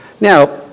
Now